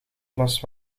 plas